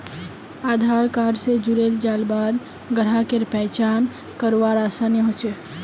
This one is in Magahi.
आधार कार्ड स जुड़ेल जाल बाद ग्राहकेर पहचान करवार आसानी ह छेक